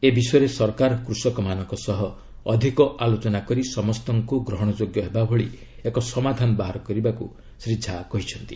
ଏ ବିଷୟରେ ସରକାର କୃଷକମାନଙ୍କ ସହ ଅଧିକ ଆଲୋଚନା କରି ସମସ୍ତଙ୍କ ଗ୍ହଶଯୋଗ୍ୟ ହେବାଭଳି ଏକ ସମାଧାନ ବାହାର କରିବାକୁ ଶୀ ଝା କହିଚ୍ଛନ୍ତି